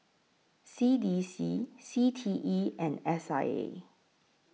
C D C C T E and S I A